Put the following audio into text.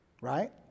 Right